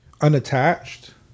unattached